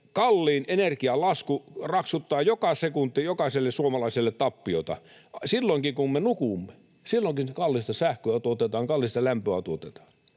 kalliin energian lasku raksuttaa joka sekunti jokaiselle suomalaiselle tappiota. Silloinkin, kun me nukumme, silloinkin kallista sähköä tuotetaan, kallista lämpöä tuotetaan,